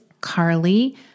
Carly